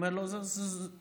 הוא יאמר לו: זאת